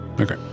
Okay